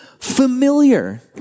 Familiar